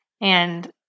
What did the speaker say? And-